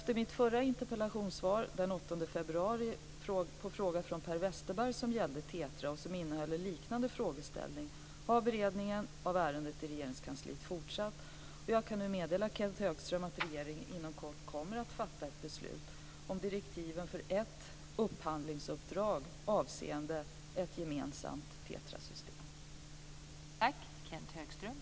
TETRA och som innehöll en liknande frågeställning har beredningen av ärendet i Regeringskansliet fortsatt. Jag kan nu meddela Kenth Högström att regeringen inom kort kommer att fatta ett beslut om direktiven för ett upphandlingsuppdrag avseende ett gemensamt TETRA-system.